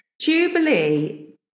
Jubilee